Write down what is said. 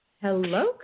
Hello